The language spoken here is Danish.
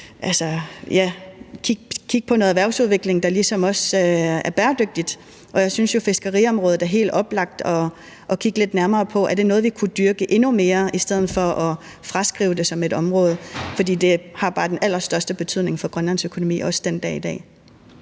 skabe noget erhvervsudvikling, der ligesom også er bæredygtigt. Jeg synes jo, at fiskeriområdet er helt oplagt at kigge lidt nærmere på, med hensyn til om det er noget, vi kunne dyrke endnu mere, i stedet for at fraskrive det som et område, for det har bare den allerstørste betydning for Grønlands økonomi, selv den dag i dag.